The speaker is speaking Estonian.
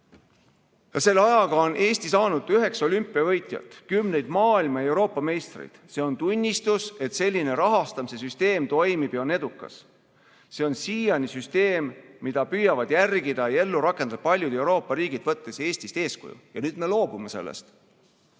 lisaaega. Palun! Kolm minutit lisaaega. "... kümneid maailma- ja Euroopa meistreid. See on tunnistus, et selline rahastamise süsteem toimib ja on edukas. See on siiani süsteem, mida püüavad järgida ja ellu rakendada paljud Euroopa riigid, võttes Eestist eeskuju." Ja nüüd me loobume sellest.